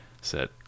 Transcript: set